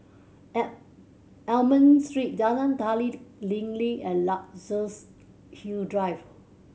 Almond Street Jalan Tari Lilin and Luxus Hill Drive